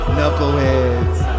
Knuckleheads